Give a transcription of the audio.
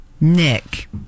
Nick